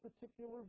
particular